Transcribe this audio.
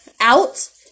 out